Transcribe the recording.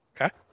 Okay